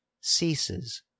ceases